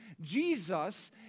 Jesus